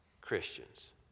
Christians